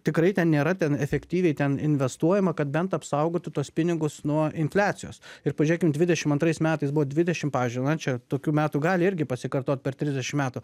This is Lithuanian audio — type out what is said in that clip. tikrai ten nėra ten efektyviai ten investuojama kad bent apsaugoti tuos pinigus nuo infliacijos ir pažiūrėkim dvidešimt antrais metais buvo dvidešimt pavyzdžiui na čia tokių metų gali irgi pasikartot per trisdešimt metų